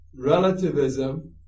Relativism